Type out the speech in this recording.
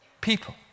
people